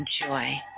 enjoy